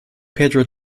pedro